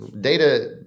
data